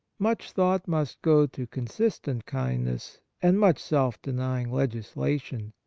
much thought must go to consistent kindness, and much self-denying legislation.